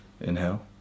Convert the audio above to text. Inhale